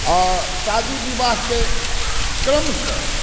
शादी विवाहके क्रमशः